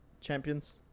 champions